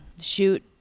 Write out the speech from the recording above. shoot